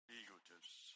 egotists